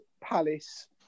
Palace